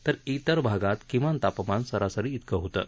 जिर भागात किमान तापमान सरासरी जिकं होतं